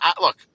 look